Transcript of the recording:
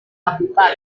lakukan